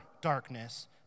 darkness